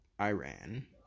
Iran